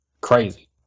crazy